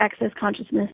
Accessconsciousness